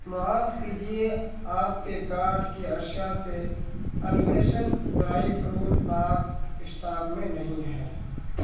معاف کیجیے آپ کے کارٹ کی اشیا سے انویشن ڈرائی فروٹ پاک اسٹاک میں نہیں ہے